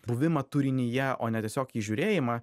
buvimą turinyje o ne tiesiog į žiūrėjimą